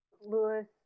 Lewis